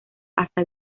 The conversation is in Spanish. hasta